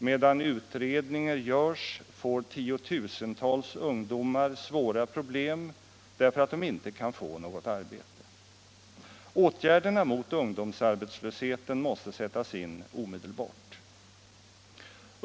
Medan utredningar görs har tiotusentals ungdomar svåra problem därför att de inte kan få något arbete. Åtgärderna mot ungdomsarbetslösheten måste sättas in omedelbart.